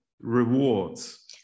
rewards